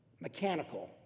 mechanical